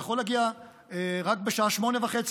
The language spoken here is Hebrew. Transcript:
יכול להגיע רק בשעה 08:30